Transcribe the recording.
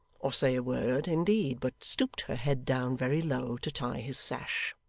or say a word, indeed, but stooped her head down very low to tie his sash.